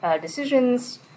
decisions